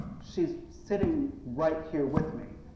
she's sitting right here with me,